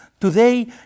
Today